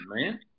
man